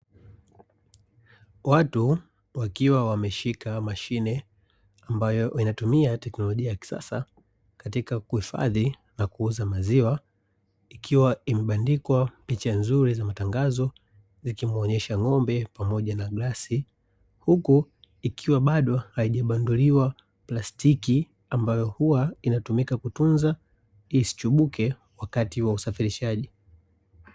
Watu wakiwa wameshika mashine ambayo inatumia tekinolojia ya kisasa, katika kuhifadhi nakuuza maziwa, ikiwa imebandikwa picha nzuri za matangazo ikimuonyesha ng'ombe pamoja na glasi. Huku ikiwa bado haijabanduliwa plastiki, ambayo huwa inatumika kutunza isichubuke wakati wa usafirishaji.